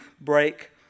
break